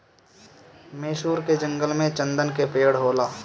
मैसूर के जंगल में चन्दन के पेड़ होला